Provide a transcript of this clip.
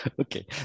Okay